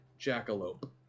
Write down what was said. jackalope